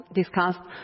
discussed